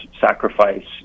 sacrifice